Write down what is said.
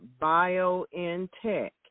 BioNTech